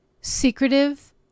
secretive